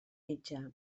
mitjà